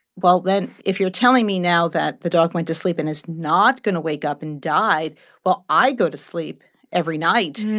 well, then if you're telling me now that the dog went to sleep and is not going to wake up and die well, i go to sleep every night.